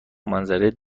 منظره